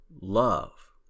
love